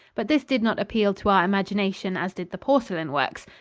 but this did not appeal to our imagination as did the porcelain works.